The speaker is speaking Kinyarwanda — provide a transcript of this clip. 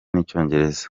n’icyongereza